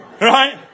Right